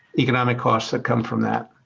economic cost that come from that.